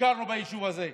ביקרנו ביישוב הזה,